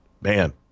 man